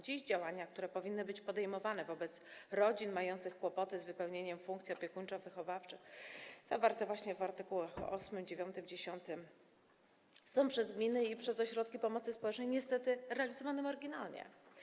Dziś działania, które powinny być podejmowane wobec rodzin mających kłopoty z wypełnieniem funkcji opiekuńczo-wychowawczych, zawarte właśnie w art. 8, 9 i 10, są przez gminy i ośrodki pomocy społecznej niestety realizowane marginalnie.